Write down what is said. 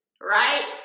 right